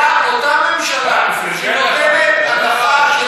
אבל אני אומר לך שאותה ממשלה שנותנת הנחה של